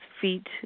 feet